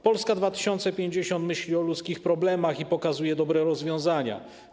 Polska 2050 myśli o ludzkich problemach i pokazuje dobre rozwiązania.